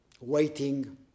waiting